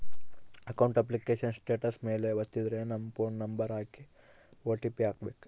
account application status ಮೇಲೆ ವತ್ತಿದ್ರೆ ನಮ್ ಫೋನ್ ನಂಬರ್ ಹಾಕಿ ಓ.ಟಿ.ಪಿ ಹಾಕ್ಬೆಕು